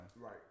Right